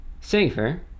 safer